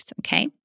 Okay